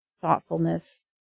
thoughtfulness